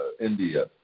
India